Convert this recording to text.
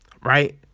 right